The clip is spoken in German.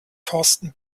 thorsten